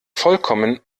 vollkommen